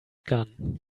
gun